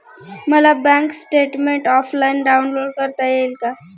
मला bank statement offline download करता येईल का?